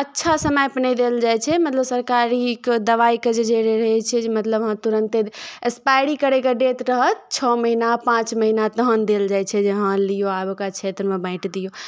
अच्छा समय पर नहि देल जाइ छै मतलब सरकारीके दवाइके जे रहै छै जे मतलब अहाँ तुरन्ते एक्सपायरी करैके डेट रहत छओ महीना पाँच महीना तहन देल जाइ छै जे हँ लियौ आब एकरा क्षेत्रमे बाँटि दियौ